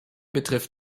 betrifft